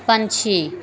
ਪੰਛੀ